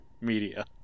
media